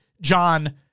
John